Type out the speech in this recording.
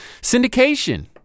syndication